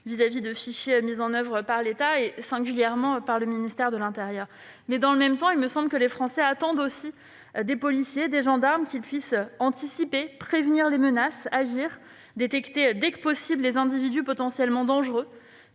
envers des fichiers mis en oeuvre par l'État et singulièrement par le ministère de l'intérieur. Dans le même temps, il me semble que les Français attendent aussi des policiers et des gendarmes qu'ils puissent anticiper, prévenir les menaces, agir, détecter dès que possible les individus potentiellement dangereux,